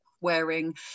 wearing